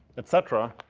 et cetera,